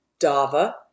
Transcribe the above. Dava